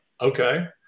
okay